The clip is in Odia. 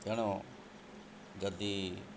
ତେଣୁ ଯଦି